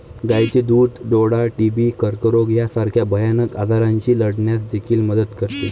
गायीचे दूध डोळा, टीबी, कर्करोग यासारख्या भयानक आजारांशी लढण्यास देखील मदत करते